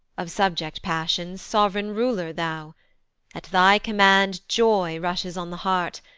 of subject-passions sov'reign ruler thou at thy command joy rushes on the heart,